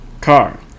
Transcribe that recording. car